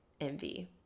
envy